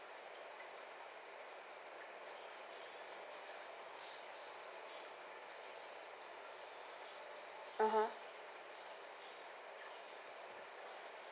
a'ah